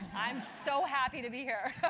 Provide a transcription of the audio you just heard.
i'm so happy to be here.